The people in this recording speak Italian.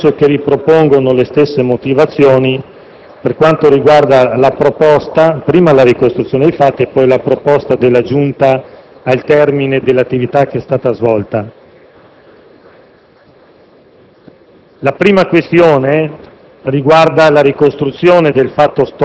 Le relazioni sono sostanzialmente speculari nel senso che ripropongono le stesse motivazioni per quanto riguarda la ricostruzione dei fatti e la proposta della Giunta al termine dell'attività svolta.